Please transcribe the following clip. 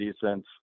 decent